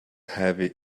heavy